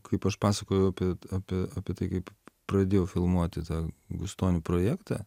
kaip aš pasakojau apie apie tai kaip pradėjau filmuoti tą gustonių projektą